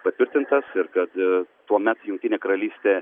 patvirtintas ir kad tuomet jungtinė karalystė